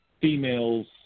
females